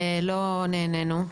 לא נענינו.